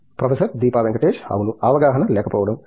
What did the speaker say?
professor Deepa Venkatesh అవును అవగాహన లేకపోవడం